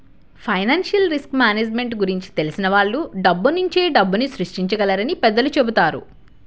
financial risk management గురించి తెలిసిన వాళ్ళు డబ్బునుంచే డబ్బుని సృష్టించగలరని పెద్దలు చెబుతారు